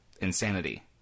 insanity